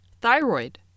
thyroid